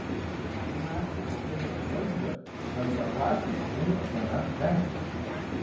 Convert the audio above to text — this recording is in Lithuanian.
kai naciai atėjo į valdžią bendraklasiai ėmė manęs vengti